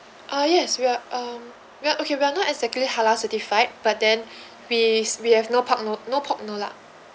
ah yes we're um we're okay we're not exactly halal certified but then we we have no pork no no pork no lard